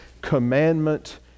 commandment